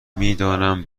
میدانم